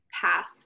path